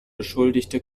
beschuldigte